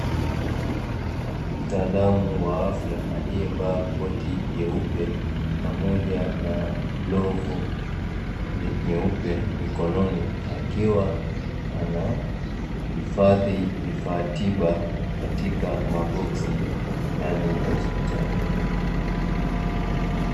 Mtaalamu wa afya aliyevaa koti jeupe pamoja na glavu nyeupe mkononi, akiwa anahifadhi vifaa tiba katika maboksi ndani ya hospitali.